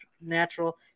natural